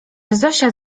zosia